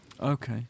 Okay